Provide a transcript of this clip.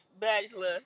bachelor